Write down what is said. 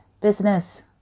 business